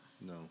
No